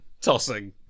Tossing